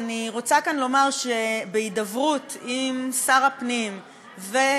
אני רוצה לומר כאן שבהידברות עם שר הפנים ועם